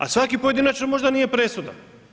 A svaki pojedinačno možda nije presudan.